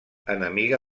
enemiga